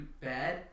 bad